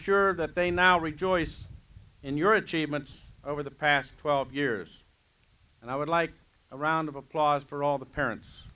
sure that they now rejoice in your achievements over the past twelve years and i would like a round of applause for all the parents